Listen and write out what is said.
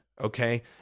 Okay